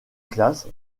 classe